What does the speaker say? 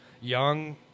young